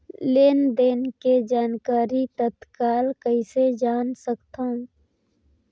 लेन देन के जानकारी तत्काल कइसे जान सकथव?